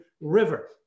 River